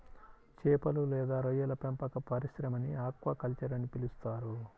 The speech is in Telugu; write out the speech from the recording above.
చేపలు లేదా రొయ్యల పెంపక పరిశ్రమని ఆక్వాకల్చర్ అని పిలుస్తారు